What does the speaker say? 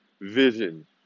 vision